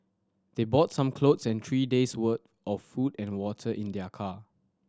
they brought some clothes and three days' worth of food and water in their car